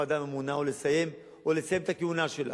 הוועדה הממונה או לסיים את הכהונה שלה.